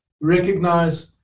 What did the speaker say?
recognize